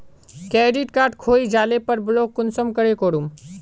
Credit card खोये जाले पर ब्लॉक कुंसम करे करूम?